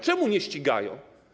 Czemu nie ścigają?